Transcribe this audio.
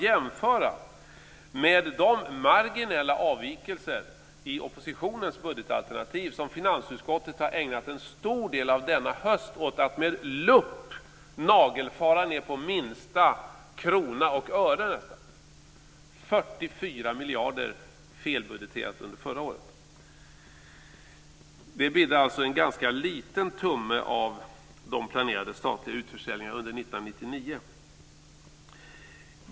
Jämför detta med de marginella avvikelserna i oppositionens budgetalternativ, som finansutskottet har ägnat en stor del av denna höst åt att med lupp nagelfara nästan ned till minsta krona och öre! Det handlar alltså om en felbudgetering på 44 miljarder för förra året. Det bidde alltså en ganska liten tumme av de planerade statliga utförsäljningarna under 1999.